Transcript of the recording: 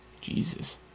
Jesus